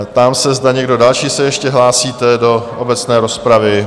Ptám se, zda někdo další se ještě hlásíte do obecné rozpravy?